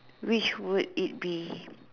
which would it be